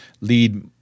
lead